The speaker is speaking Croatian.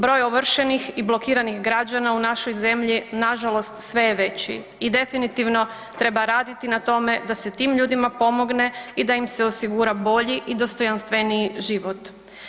Broj ovršenih i blokiranih građana u našoj zemlji nažalost sve je veći i definitivno treba raditi na tome da se tim ljudima pomogne i da im se osigura bolji i dostojanstveniji život.